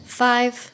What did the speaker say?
five